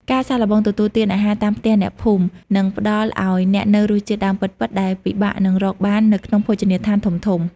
ការសាកល្បងទទួលទានអាហារតាមផ្ទះអ្នកភូមិ នឹងផ្តល់ឱ្យអ្នកនូវរសជាតិដើមពិតៗ ដែលពិបាកនឹងរកបាននៅក្នុងភោជនីយដ្ឋានធំៗ។